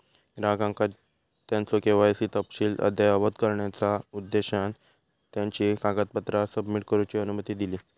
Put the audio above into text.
ग्राहकांका त्यांचो के.वाय.सी तपशील अद्ययावत करण्याचा उद्देशान त्यांची कागदपत्रा सबमिट करूची अनुमती दिली